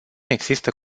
există